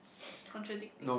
contradicting